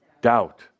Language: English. Doubt